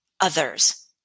others